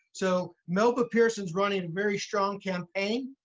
so, melba pearson's running a very strong campaign.